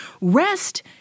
Rest